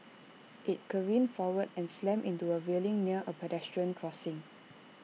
IT careened forward and slammed into A railing near A pedestrian crossing